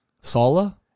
Sala